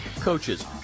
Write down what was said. Coaches